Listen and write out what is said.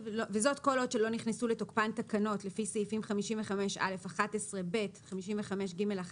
וזאת כל עוד לא נכנסו לתוקפן תקנות לפי סעיפים 55א11(ב) ו־55ג1(ו)